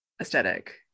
aesthetic